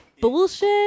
Bullshit